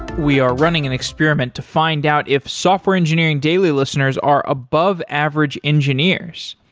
we are running an experiment to find out if software engineering daily listeners are above average engineers.